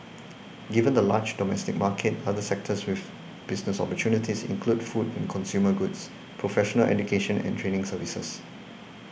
given the large domestic market other sectors with business opportunities include food and consumer goods professional education and training services